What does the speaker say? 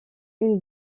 une